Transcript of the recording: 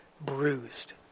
bruised